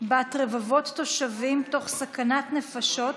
בת רבבות התושבים תוך סכנת נפשות,